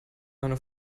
eine